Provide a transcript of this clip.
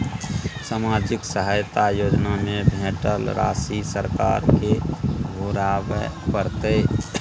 सामाजिक सहायता योजना में भेटल राशि सरकार के घुराबै परतै?